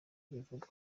bivuga